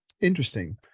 Interesting